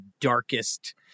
darkest